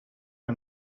que